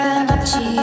Energy